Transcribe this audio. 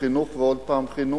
חינוך ועוד פעם חינוך,